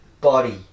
body